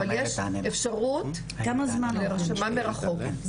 אבל יש אפשרות להרשמה מרחוק,